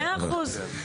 מאה אחוז.